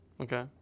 Okay